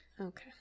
Okay